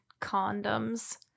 condoms